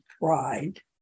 pride